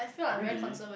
really